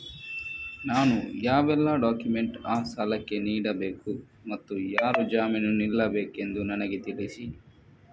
ನಾನು ಯಾವೆಲ್ಲ ಡಾಕ್ಯುಮೆಂಟ್ ಆ ಸಾಲಕ್ಕೆ ನೀಡಬೇಕು ಮತ್ತು ಯಾರು ಜಾಮೀನು ನಿಲ್ಲಬೇಕೆಂದು ನನಗೆ ತಿಳಿಸಿ?